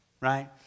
right